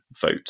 vote